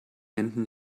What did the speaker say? händen